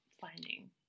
finding